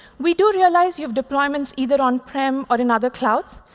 we do realize you have deployments either on-prem or another cloud.